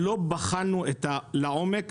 לא בחנו לעומק